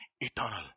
eternal